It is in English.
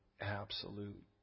absolute